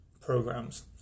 programs